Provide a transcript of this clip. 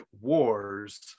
wars